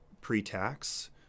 pre-tax